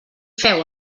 feu